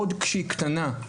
עוד כשהיא קטנה.